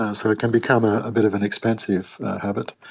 ah so it can become a bit of an expensive habit.